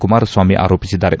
ಕುಮಾರಸ್ವಾಮಿ ಆರೋಪಿಸಿದ್ದಾರೆ